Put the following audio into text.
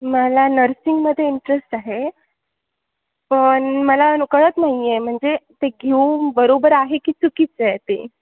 मला नर्सिंगमध्ये इंटरेस्ट आहे पण मला नो कळत नाही आहे म्हणजे ते घेऊन बरोबर आहे की चुकीचं आहे ते